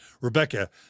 Rebecca